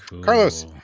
Carlos